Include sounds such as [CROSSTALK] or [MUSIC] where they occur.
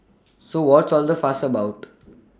[NOISE] so what's all the fuss about [NOISE]